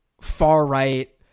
far-right